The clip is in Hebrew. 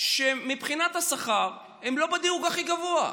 שמבחינת השכר הם לא בדירוג הכי גבוה.